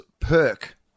perk